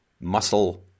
muscle